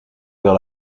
vers